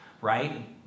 right